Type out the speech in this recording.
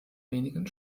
wenigen